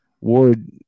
Ward